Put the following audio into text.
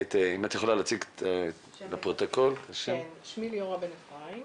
שמי ליאורה בן אפרים,